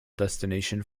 destination